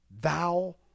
thou